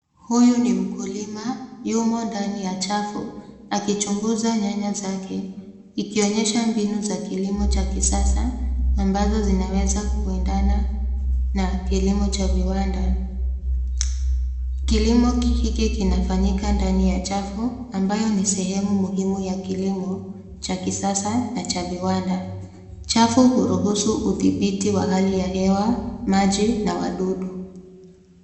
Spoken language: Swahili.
Huyu ni mkulima yumo ndani ya chafu akichunguza nyanya zake ikionyesha mbinu cha kilimo cha kisasa na ambazo zinaweza kuendana na kilimo cha viwanda. Kilimo hiki kinafanyika ndani ya chafu ambayo ni sehemu muhimu ya kilimo cha kisasa na cha viwanda. Chafu huruhusu udhibiti wa hali ya hew, maji na wadudu.